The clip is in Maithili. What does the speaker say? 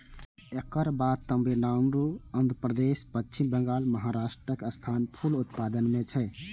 एकर बाद तमिलनाडु, आंध्रप्रदेश, पश्चिम बंगाल, महाराष्ट्रक स्थान फूल उत्पादन मे छै